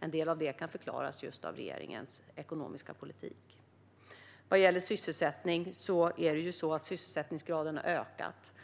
en del av det kan förklaras av regeringens ekonomiska politik. Vad gäller sysselsättningen har sysselsättningsgraden ökat.